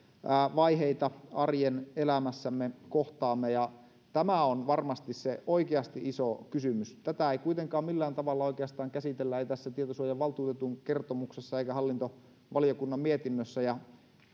vaiheita arjen elämässämme kohtaamme ja tämä on varmasti se oikeasti iso kysymys tätä ei kuitenkaan millään tavalla oikeastaan käsitellä tässä tietosuojavaltuutetun kertomuksessa eikä hallintovaliokunnan mietinnössä